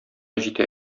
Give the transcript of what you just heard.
җитә